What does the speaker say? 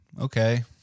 okay